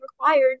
required